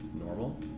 normal